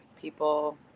people